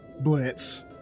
Blitz